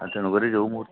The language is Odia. ଆଚ୍ଛା ନମ୍ୱରରେ ଯୋଉ ମୋର